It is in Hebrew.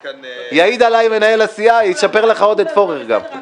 יעיד עלי מנהל הסיעה, יספר לך עודד פורר גם.